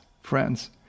friends